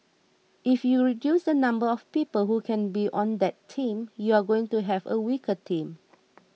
if you reduce the number of people who can be on that team you're going to have a weaker team